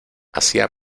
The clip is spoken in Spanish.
hacía